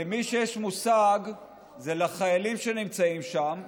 למי שיש מושג זה לחיילים שנמצאים שם